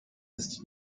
ist